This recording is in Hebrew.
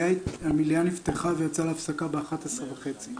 המליאה נפתחה ויצאה להפסקה ב-11:30.